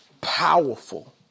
powerful